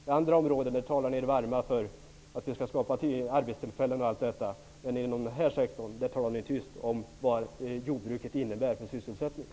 På andra områden talar ni er varma för att vi skall skapa arbetstillfällen, men inom den här sektorn talar ni tyst om vad jordbruket innebär för sysselsättningen.